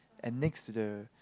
and next to the